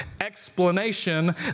explanation